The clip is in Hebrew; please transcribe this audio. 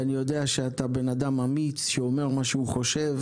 ואני יודע שאתה בן אדם אמיץ שאומר מה שהוא חושב,